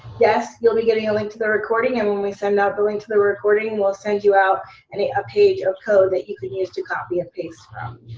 yes, you'll be getting a link to the recording. and when we send out the link to the recording we'll send you out and a ah page of code that you can use to copy and paste